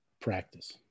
practice